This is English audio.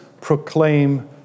proclaim